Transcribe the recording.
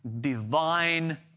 divine